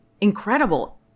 incredible